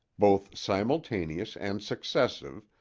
both simultaneous and successive,